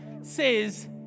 says